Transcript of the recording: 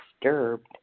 disturbed